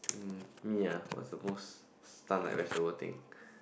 mm um yeah what's the most stunned like vegetable thing